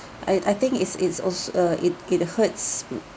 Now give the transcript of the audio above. I I think it's it's also uh it it hurts